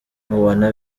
nubona